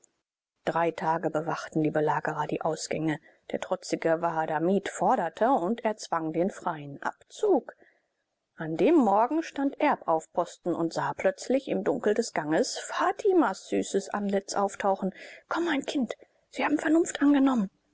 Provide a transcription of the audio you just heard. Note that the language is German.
drei tage bewachten die belagerer die ausgänge der trotzige wahadamib forderte und erzwang den freien abzug an dem morgen stand erb auf posten und sah plötzlich im dunkel des ganges fatimas süßes antlitz auftauchen komm mein kind sie haben vernunft angenommen